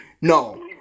No